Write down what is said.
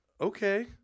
Okay